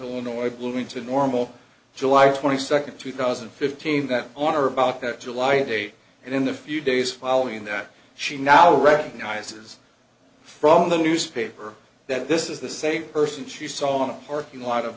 illinois bloomington normal july twenty second two thousand and fifteen that on or about that july day and in the few days following that she now recognizes from the newspaper that this is the same person she saw in a parking lot of